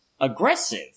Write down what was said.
aggressive